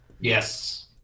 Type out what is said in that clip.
Yes